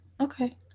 Okay